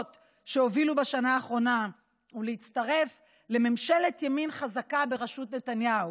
שהובילו בשנה האחרונה ולהצטרף לממשלת ימין חזקה בראשות נתניהו.